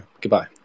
Goodbye